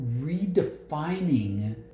redefining